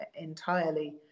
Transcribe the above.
entirely